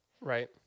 Right